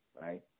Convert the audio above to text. right